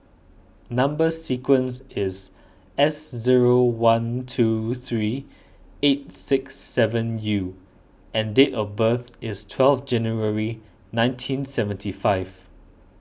Number Sequence is S zero one two three eight six seven U and date of birth is twelve January nineteen seventy five